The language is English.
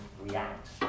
react